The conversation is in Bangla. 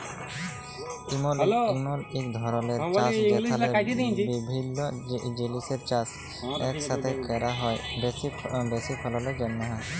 ইমল ইক ধরলের চাষ যেখালে বিভিল্য জিলিসের চাষ ইকসাথে ক্যরা হ্যয় বেশি ফললের জ্যনহে